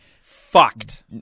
Fucked